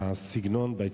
בסגנון, בהתייחסות.